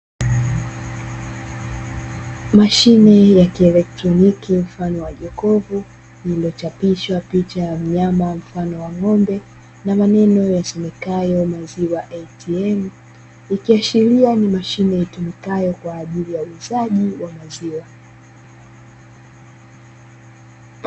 Mashine ya kielektroniki mfano wa jokofu iliochapishwa picha ya mnyama mfano wa ng'ombe na maneno yasomekayo "maziwa ATM", ikiashiria ni mashine itumikayo kwa ajili ya uuzaji wa maziwa.